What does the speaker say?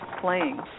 playing